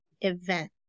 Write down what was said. event